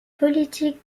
politique